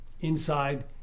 inside